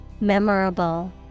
Memorable